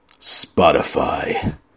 Spotify